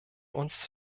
uns